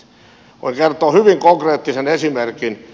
voin kertoa hyvin konkreettisen esimerkin